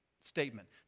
statement